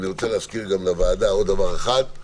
אני רוצה להזכיר לוועדה עוד דבר אחד,